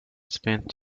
spent